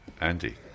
Andy